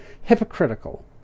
hypocritical